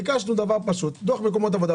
ביקשנו: דוח מקומות עבודה.